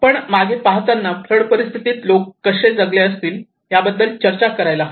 आपण मागे पाहताना फ्लड परिस्थितीत लोक कसे जगले असते याबद्दल चर्चा करायला हवी